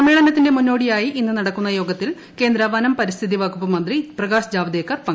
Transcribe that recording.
സമ്മേളനത്തിന്റെ മുന്നോടിയായി ഇന്ന് നടക്കുന്ന യോഗത്തിൽ കേന്ദ്ര വനം പരിസ്ഥിതി വകുപ്പ് മന്ത്രി പ്രകാശ് ജാവ്ദേക്കർ പങ്കെടുക്കും